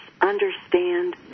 understand